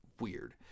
weird